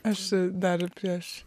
aš dar prieš